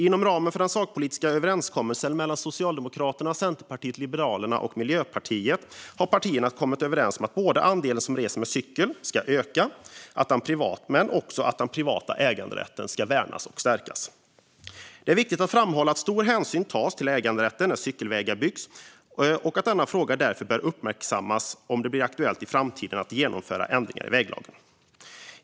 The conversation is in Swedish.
Inom ramen för den sakpolitiska överenskommelsen mellan Socialdemokraterna, Centerpartiet, Liberalerna och Miljöpartiet har partierna kommit överens om att andelen som reser med cykel ska öka men också att den privata äganderätten ska värnas och stärkas. Det är viktigt att framhålla att stor hänsyn tas till äganderätten när cykelvägar byggs och att denna fråga därför bör uppmärksammas om det blir aktuellt i framtiden att genomföra ändringar i väglagen.